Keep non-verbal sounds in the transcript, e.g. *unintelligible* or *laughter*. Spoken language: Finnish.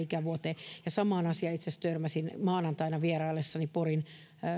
*unintelligible* ikävuoteen samaan asiaan itse asiassa törmäsin maanantaina vieraillessani porin